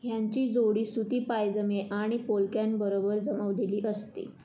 ह्यांची जोडी सुती पायजमे आणि पोलक्यांबरोबर जमवलेली असते